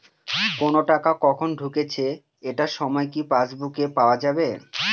কোনো টাকা কখন ঢুকেছে এটার সময় কি পাসবুকে পাওয়া যাবে?